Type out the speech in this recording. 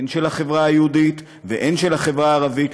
הן של החברה היהודית והן של החברה הערבית,